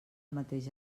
mateix